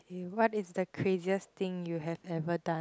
mm what is the craziest thing you have ever done